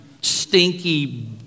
stinky